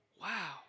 Wow